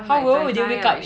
how does it look like